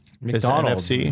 McDonald's